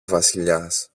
βασιλιάς